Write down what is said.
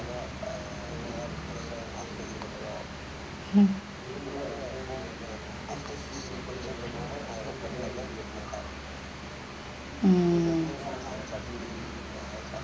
mm